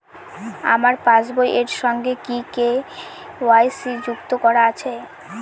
আমার পাসবই এর সঙ্গে কি কে.ওয়াই.সি যুক্ত করা আছে?